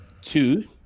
two